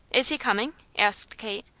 is he coming? asked kate.